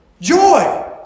Joy